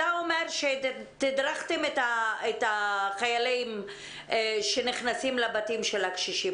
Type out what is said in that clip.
אתה אומר שתדרכתם את החיילים שנכנסים לבתים של הקשישים.